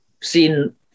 seen